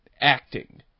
acting